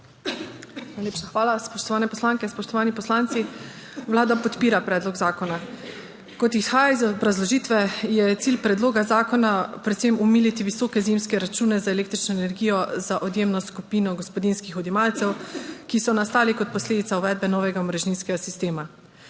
hvala. Spoštovane poslanke, spoštovani poslanci! Vlada podpira predlog zakona. Kot izhaja iz obrazložitve, je cilj predloga zakona predvsem omiliti visoke zimske račune za električno energijo za odjemno skupino gospodinjskih odjemalcev, ki so nastali kot posledica uvedbe novega omrežninskega sistema.